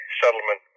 settlement